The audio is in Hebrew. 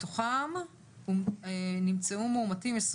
מתוכם נמצאו מאומתים 27,